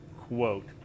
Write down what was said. quote